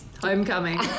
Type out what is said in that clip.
Homecoming